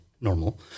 normal